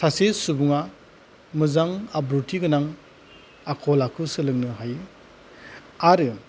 सासे सुबुङा मोजां आब्रुथिगोनां आखल आखु सोलोंनो हायो आरो